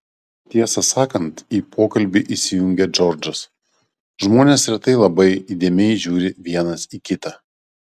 tiesą sakant į pokalbį įsijungė džordžas žmonės retai labai įdėmiai žiūri vienas į kitą